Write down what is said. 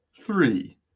three